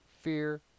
Fear